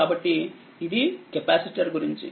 కాబట్టి ఇదికెపాసిటర్గురించి